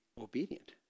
obedient